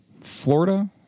Florida